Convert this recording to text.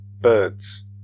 Birds